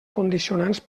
condicionants